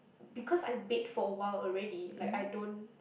because I've baked for a while already like I don't